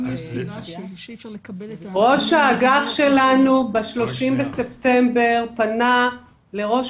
אבל --- ראש האגף שלנו ב-30 לספטמבר פנה לראש